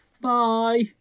Bye